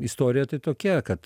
istorija tai tokia kad